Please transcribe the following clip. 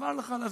חבל לך על הזמן.